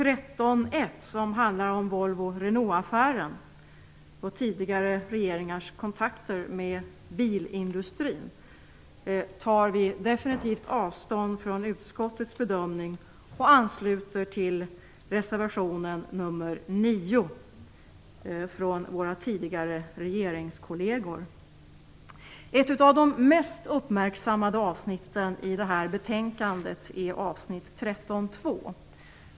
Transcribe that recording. Renault-affären och tidigare regeringars kontakter med bilindustrin, tar vi definitivt avstånd från utskottets bedömning och ansluter oss till reservation nr 9 från våra tidigare regeringskolleger. Ett av de mest uppmärksammade avsnitten i det här betänkandet är avsnitt 13.2.